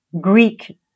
Greek